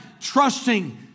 trusting